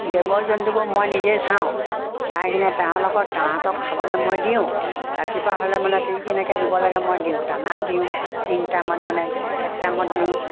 দেৱ জন্তুবোৰ মই নিজে চাওঁ চাই কিনে তেওঁলোকৰ লগত তাহাঁতক খাবলৈ মই দিওঁ ৰাতিপুৱা হ'লে মানে কি কেনেকৈ দিব লাগে মই দিওঁ দানা দিওঁ তিনি টাইমত মানে এক টাইমত দিওঁ